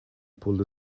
pulled